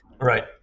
right